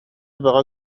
бөҕө